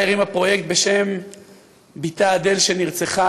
אדווה הקימה פרויקט בשם בתה אדל שנרצחה,